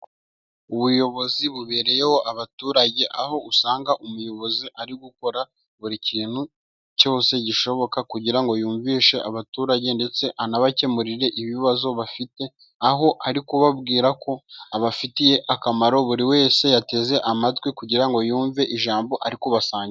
Ubuyobozi bubereyeho abaturage, aho usanga umuyobozi ari gukora buri kintu cyose gishoboka kugira ngo yumvishe abaturage, ndetse anabakemurire ibibazo bafite, aho ari kubabwira ko abafitiye akamaro buri wese yateze amatwi kugira ngo yumve ijambo ari kubasangiza.